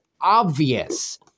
obvious